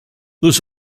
this